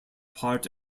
part